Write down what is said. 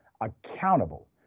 accountable